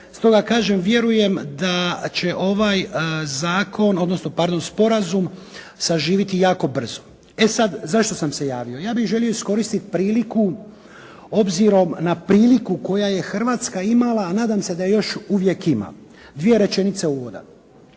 Stoga kažem, vjerujem da će ovaj zakon, odnosno pardon Sporazum saživiti jako brzo. E sad zašto sam se javio? Ja bih želio iskoristiti priliku obzirom na priliku koju je Hrvatska imala, a nadam se da je još uvijek imam. Dvije rečenice uvoda.